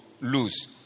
lose